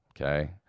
okay